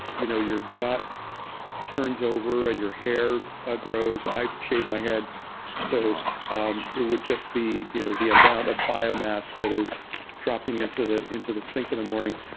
you know your gut turns over. and your hair ah grows. i shaved my head so um it would just be you know the amount of biomass that is dropping into the into the sink in the morning,